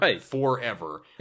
forever